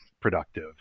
productive